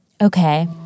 Okay